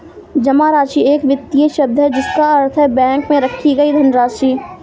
जमा राशि एक वित्तीय शब्द है जिसका अर्थ है बैंक में रखी गई धनराशि